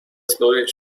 exploration